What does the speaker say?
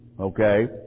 okay